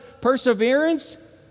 perseverance